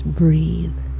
breathe